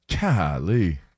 Golly